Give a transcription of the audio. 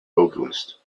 vocalist